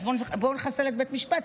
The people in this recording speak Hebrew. בואו נחסל את בית המשפט,